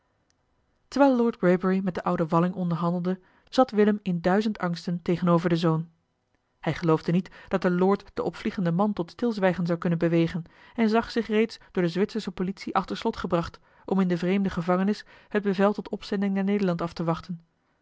lord greybury met den ouden walling onderhandelde zat willem in duizend angsten tegenover den zoon hij geloofde niet dat de lord den opvliegenden man tot stilzwijgen zou kunnen bewegen en zag zich reeds door de zwitsersche politie achter slot gebracht om in de vreemde gevangenis het bevel tot opzending naar nederland af te wachten